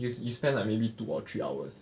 you you spend like maybe two or three hours